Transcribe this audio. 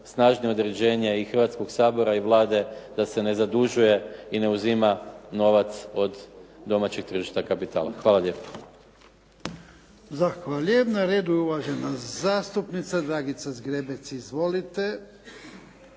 snažno određenje i Hrvatskog sabora i Vlade da se ne zadužuje i ne uzima novac od domaćih tržišta kapitala. Hvala lijepo.